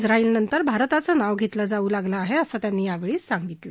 क्रि नंतर भारताचं नाव घेतलं जाऊ लागलं आहे असं त्यांनी यावेळी सांगितलं